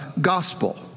gospel